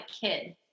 kid